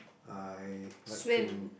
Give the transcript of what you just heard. I like to